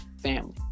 family